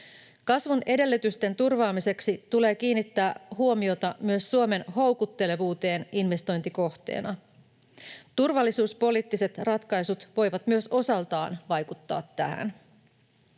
Kasvun edellytysten turvaamiseksi tulee kiinnittää huomiota myös Suomen houkuttelevuuteen investointikohteena. Myös turvallisuuspoliittiset ratkaisut voivat osaltaan vaikuttaa tähän.